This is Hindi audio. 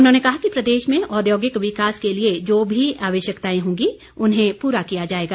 उन्होंने कहा कि प्रदेश में औद्योगिक विकास के लिए जो भी आवश्यकताएं होंगी उन्हें पूरा किया जाएगा